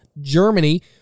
Germany